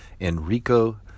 enrico